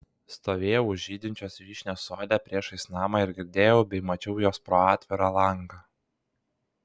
stovėjau už žydinčios vyšnios sode priešais namą ir girdėjau bei mačiau juos pro atvirą langą